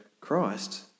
Christ